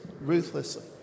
ruthlessly